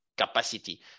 capacity